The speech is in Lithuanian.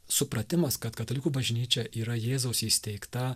supratimas kad katalikų bažnyčia yra jėzaus įsteigta